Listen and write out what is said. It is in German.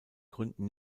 gründen